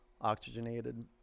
oxygenated